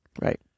right